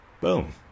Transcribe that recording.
Boom